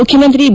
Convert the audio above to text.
ಮುಖ್ಯಮಂತ್ರಿ ಬಿ